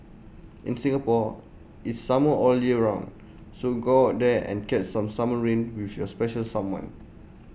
in Singapore it's summer all year round so go out there and catch some summer rain with your special someone